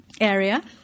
area